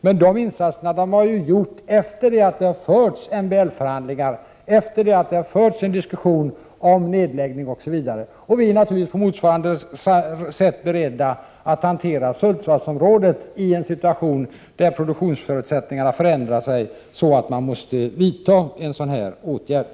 Men dessa insatser har gjorts efter det att MBL-förhandlingar och diskussioner om nedläggning har förts. Vi är naturligtvis beredda att behandla Sundsvallsområdet på motsvarande sätt, när nu produktionsförutsättningarna har förändrat sig så att vi måste vidta den nu aktuella åtgärden.